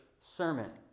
sermon